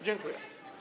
Dziękuję.